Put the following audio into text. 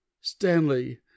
stanley